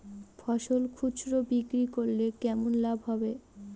ফসল খুচরো বিক্রি করলে কেমন লাভ হবে?